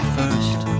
first